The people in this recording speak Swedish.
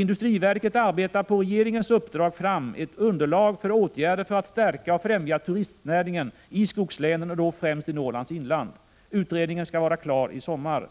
Industriverket arbetar på regeringens uppdrag fram ett underlag för åtgärder för att stärka och främja turistnäringen i skogslänen och då främst i Norrlands inland. Utredningen skall vara klar i sommar.